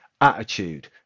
attitude